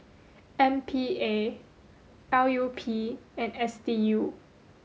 M P A L U P and S D U